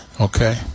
okay